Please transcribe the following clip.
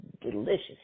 delicious